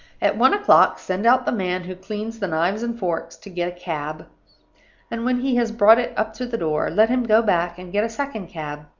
at one o'clock send out the man who cleans the knives and forks to get a cab and when he has brought it up to the door, let him go back and get a second cab,